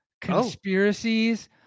conspiracies